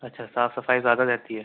اچھا صاف صفائی زیادہ رہتی ہے